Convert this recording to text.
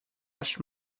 wash